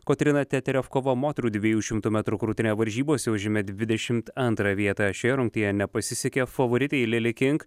kotryna teterevkova moterų dviejų šimtų metrų krūtine varžybose užėmė dvidešim antrą vietą šioje rungtyje nepasisekė favoritei lili king